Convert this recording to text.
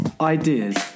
ideas